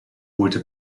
holte